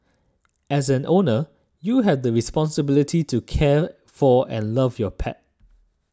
as an owner you have the responsibility to care for and love your pet